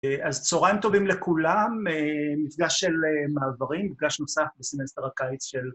‫אז צהריים טובים לכולם, ‫מפגש של מעברים, ‫מפגש נוסף בסמסטר הקיץ של...